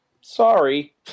Sorry